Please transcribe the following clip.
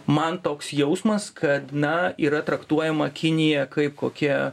man toks jausmas kad na yra traktuojama kinija kaip kokia